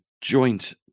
joint